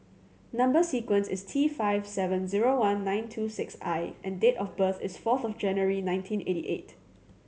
number sequence is T five seven zero one nine two six I and date of birth is fourth of January nineteen eighty eight